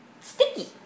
sticky